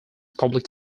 public